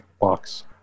box